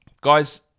guys